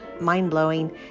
mind-blowing